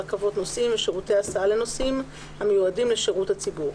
רכבות נוסעים ושירותי הסעה לנוסעים המיועדים לשירות הציבור.